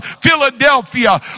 Philadelphia